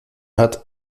hat